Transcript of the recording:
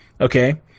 Okay